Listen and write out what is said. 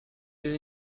you